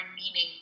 meaning